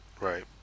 Right